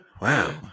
Wow